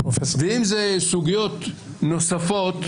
ואם זה סוגיות נוספות,